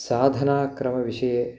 साधनक्रमविषये